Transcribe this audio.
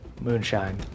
Moonshine